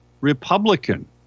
republican